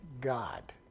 God